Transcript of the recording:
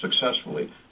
successfully